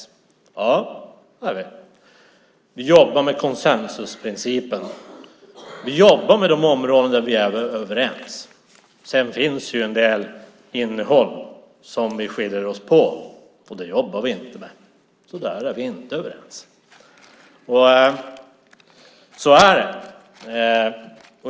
Ja, det är vi. Vi jobbar med konsensusprincipen. Vi jobbar med de områden där vi är överens. Sedan finns det en del innehåll där vi skiljer oss åt, och det jobbar vi inte med. Där är vi alltså inte överens.